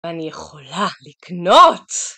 אני יכולה לקנות!